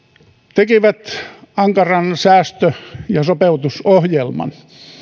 tekivät ankaran säästö ja sopeutusohjelman